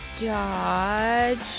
dodge